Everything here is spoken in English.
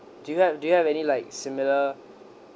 do you have do you have any like similar